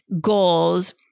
goals